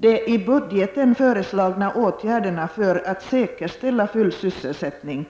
De i budgeten föreslagna åtgärderna för att säkerställa full sysselsättning